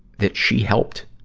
that she helped